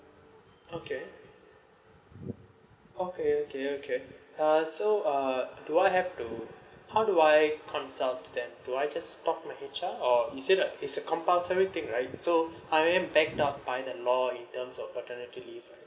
okay okay okay okay uh so uh do I have to how do I consult them do I just talk to my H_R or is it a it's a compulsory thing right so I am back up by the law in terms of paternity leave right